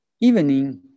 evening